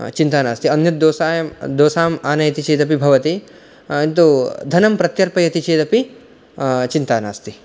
चिन्ता नास्ति अन्यद्दोसायं दोसाम् आनयति चेदपि भवति तु धनं प्रत्यर्पयति चेदपि चिन्ता नास्ति